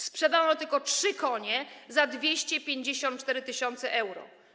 Sprzedano tylko 3 konie za 254 tys. euro.